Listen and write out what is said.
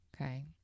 okay